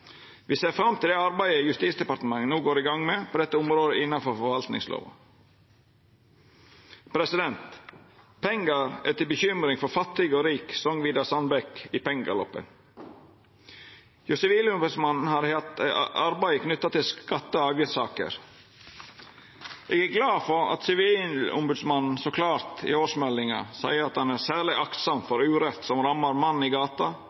ser fram til det arbeidet Justisdepartementet no går i gang med på dette området innanfor forvaltningslova. Pengar er til bekymring for fattig og for rik, song Vidar Sandbeck i Pengegaloppen. Sivilombodsmannen har hatt eit arbeid knytt til skatte- og avgiftssaker. Eg er glad for at sivilombodsmannen så klart i årsmeldinga seier at han er særleg aktsam overfor urett som rammar mannen i gata